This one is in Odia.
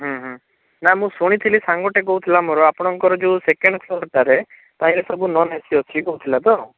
ନା ମୁଁ ଶୁଣିଥିଲି ସାଙ୍ଗଟେ କହୁଥିଲା ମୋର ଆପଣଙ୍କର ଯେଉଁ ସେକେଣ୍ଡ ଫ୍ଲୋର୍ଟାରେ ତହିଁରେ ସବୁ ନନ୍ ଏ ସି ଅଛି କହୁଥିଲା ତ